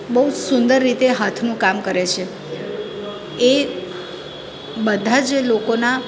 બહુ સુંદર રીતે હાથનું કામ કરે છે એ બધા જે લોકોના